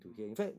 mm